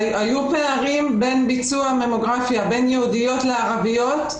היו פערים בין ביצוע הממוגרפיה בין יהודיות לערביות,